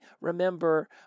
remember